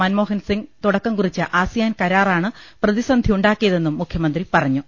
മൻമോ ഹൻസിംഗ് തുടക്കം കുറിച്ച ആസിയാൻ കരാറാണ് പ്രതിസന്ധി യുണ്ടാക്കിയതെന്നും മുഖ്യമന്ത്രി പറഞ്ഞു